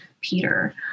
Peter